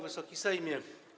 Wysoki Sejmie!